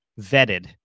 vetted